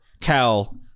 Cal